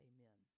Amen